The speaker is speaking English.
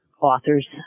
authors